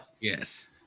yes